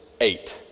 eight